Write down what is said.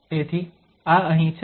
તેથી આ અહીં છે √2π